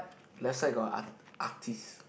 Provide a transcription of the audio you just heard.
left side got art~ artist